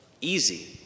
easy